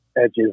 edges